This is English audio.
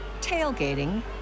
tailgating